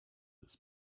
this